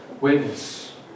witness